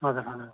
हजुर हजुर